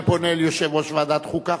ופונה אל יושב-ראש ועדת החוקה,